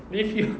if you